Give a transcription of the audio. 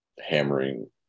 hammering